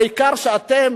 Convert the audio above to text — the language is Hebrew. העיקר שאתם